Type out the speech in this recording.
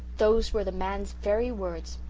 those were the man's very words.